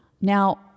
Now